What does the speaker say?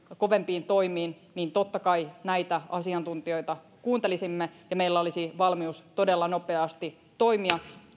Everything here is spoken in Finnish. kovempiin toimiin niin totta kai näitä asiantuntijoita kuuntelisimme ja meillä olisi valmius todella nopeasti toimia